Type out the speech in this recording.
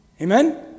Amen